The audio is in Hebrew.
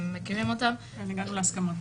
הם מכירים אותן, והגענו להסכמות.